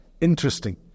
Interesting